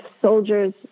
soldiers